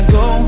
go